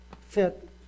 fit